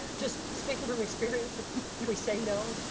just speaking from experience, if we say no,